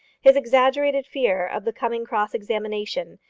his exaggerated fear of the coming cross-examination,